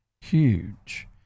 huge